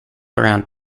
around